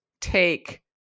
take